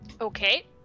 Okay